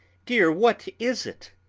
dear, what is it?